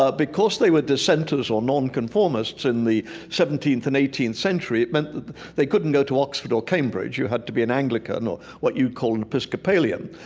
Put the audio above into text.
ah because they were dissenters or non-conformists in the seventeenth and eighteenth century, it meant that they couldn't go to oxford or cambridge. you had to be an anglican or what you'd call an episcopalian.